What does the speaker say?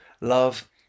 love